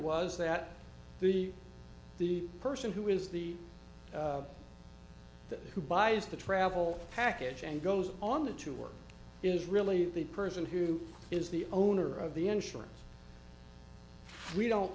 was that the the person who is the that who buys the travel package and goes on the to work is really the person who is the owner of the insurance we don't